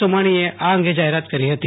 સોમાણીએ આ અંગે જાહેરાત કરી હતી